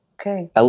Okay